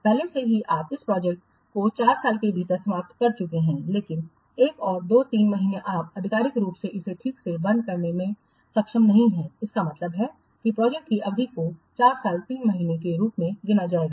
पहले से ही आप इस प्रोजेक्ट को चार साल के भीतर समाप्त कर चुके हैं लेकिन एक और दो तीन महीने आप आधिकारिक रूप से इसे ठीक से बंद करने में सक्षम नहीं हैं इसका मतलब है कि प्रोजेक्ट की अवधि को चार साल तीन महीने के रूप में गिना जाएगा